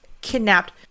kidnapped